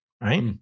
right